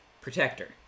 Protector